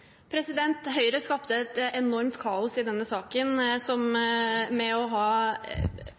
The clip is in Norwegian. Høyre skapte et enormt kaos i denne saken med stadige forsøk på å